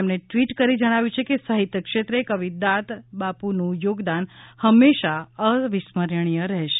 તેમણે ટ્વીટ કરી જણાવ્યું છે કે સાહિત્ય ક્ષેત્રે કવિ દાદ બાપુનું યોગદાન હંમેશા અવિસ્મરણીય રહેશે